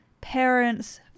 parents